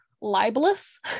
libelous